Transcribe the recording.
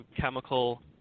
chemical